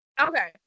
Okay